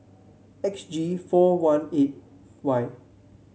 X G four one eight Y